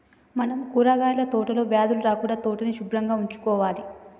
మనం కూరగాయల తోటలో వ్యాధులు రాకుండా తోటని సుభ్రంగా ఉంచుకోవాలి